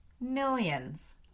Millions